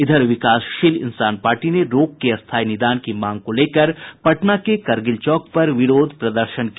इधर विकासशील इंसान पार्टी ने रोग के स्थायी निदान की मांग को लेकर पटना के करगिल चौक पर विरोध प्रदर्शन किया